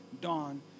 dawn